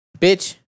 bitch